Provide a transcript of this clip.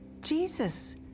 Jesus